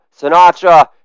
Sinatra